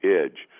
edge